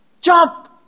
jump